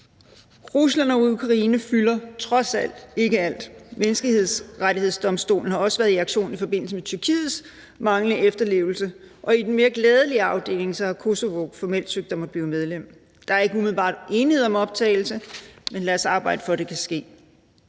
Rusland og Ukraine fylder trods alt ikke alt. Menneskerettighedsdomstolen har også været i aktion i forbindelse med Tyrkiets manglende efterlevelse. Og i den mere glædelige afdeling har Kosovo formelt søgt om at blive medlem. Der er ikke umiddelbart enighed om optagelse, men lad os arbejde for, at det kan ske.